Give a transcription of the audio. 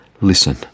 listen